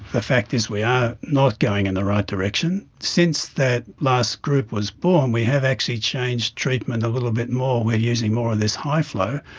the fact is we are not going in the right direction. since that last group was born we have actually changed treatment a little bit more, we are using more of this high flow,